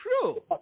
true